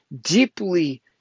deeply